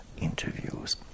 interviews